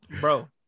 bro